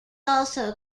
also